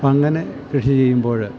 അപ്പോൾ അങ്ങനെ കൃഷി ചെയ്യുമ്പോഴ്